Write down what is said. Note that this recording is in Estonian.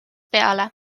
peale